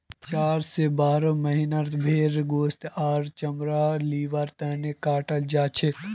चार स बारह महीनार भेंड़क गोस्त आर चमड़ा लिबार तने कटाल जाछेक